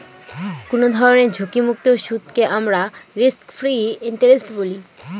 কোনো ধরনের ঝুঁকিমুক্ত সুদকে আমরা রিস্ক ফ্রি ইন্টারেস্ট বলি